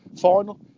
final